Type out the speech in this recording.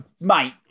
mate